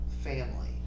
family